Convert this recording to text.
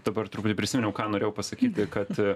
dabar truputį prisiminiau ką norėjau pasakyti kad